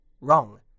Wrong